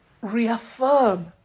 reaffirm